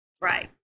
Right